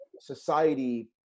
society